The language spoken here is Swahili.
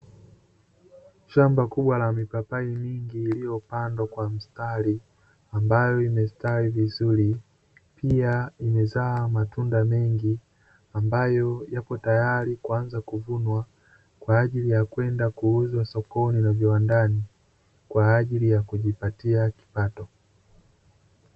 Shamba kubwa la mipapai mingi iliyopandwa kwa mstari ambayo imestawi vizuri, pia imezaa matunda mengi ambayo yapo tayari kuanza kuvunwa kwa ajili ya kwenda kuuzwa sokoni na viwandani kwa ajili ya kujipatia kipato.